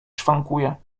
szwankuje